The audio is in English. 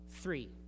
three